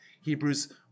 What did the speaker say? Hebrews